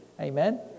amen